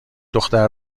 دختر